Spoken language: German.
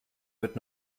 wird